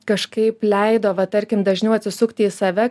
kažkaip leido va tarkim dažniau atsisukti į save